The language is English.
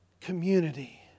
community